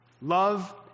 Love